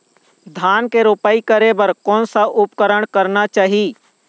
धान के रोपाई करे बर कोन सा उपकरण करना चाही?